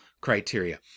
criteria